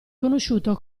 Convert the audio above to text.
conosciuto